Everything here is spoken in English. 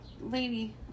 lady